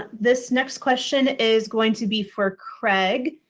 this next question is going to be for craig.